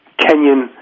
Kenyan